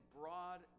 broad